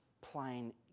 plain